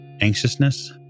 anxiousness